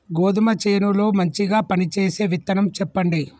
గోధుమ చేను లో మంచిగా పనిచేసే విత్తనం చెప్పండి?